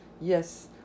yes